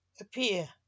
Appear